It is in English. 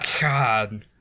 God